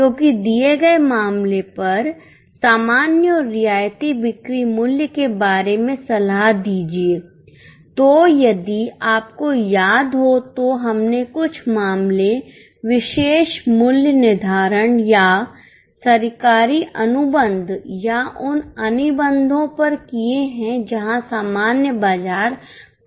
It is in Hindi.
क्योंकि दिए गए मामले पर सामान्य और रियायती बिक्री मूल्य के बारे में सलाह दीजिए तो यदि आपको याद हो तो हमने कुछ मामले विशेष मूल्य निर्धारण या सरकारी अनुबंध या उन अनुबंधों पर किए हैं जहां सामान्य बाजार प्रभावित नहीं हैं